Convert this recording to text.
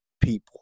people